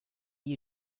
you